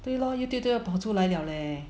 对 lor Youtube 都要跑出来了 leh